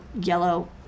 yellow